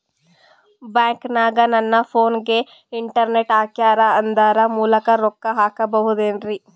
ಬ್ಯಾಂಕನಗ ನನ್ನ ಫೋನಗೆ ಇಂಟರ್ನೆಟ್ ಹಾಕ್ಯಾರ ಅದರ ಮೂಲಕ ರೊಕ್ಕ ಹಾಕಬಹುದೇನ್ರಿ?